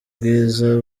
bwiza